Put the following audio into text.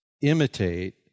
imitate